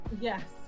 yes